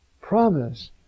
promise